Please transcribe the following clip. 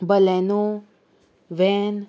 Baleno van